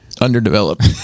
Underdeveloped